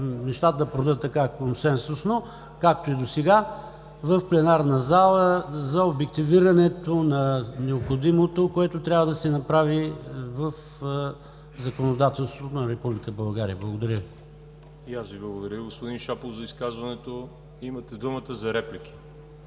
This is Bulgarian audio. нещата да продължат така консенсусно, както и досега в пленарна зала за обективирането на необходимото, което трябва да се направи в законодателството на Република България. Благодаря Ви. ПРЕДСЕДАТЕЛ ВАЛЕРИ ЖАБЛЯНОВ: И аз Ви благодаря, господин Шопов, за изказването. Имате думата за реплики.